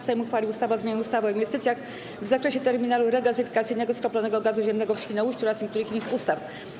Sejm uchwalił ustawę o zmianie ustawy o inwestycjach w zakresie terminalu regazyfikacyjnego skroplonego gazu ziemnego w Świnoujściu oraz niektórych innych ustaw.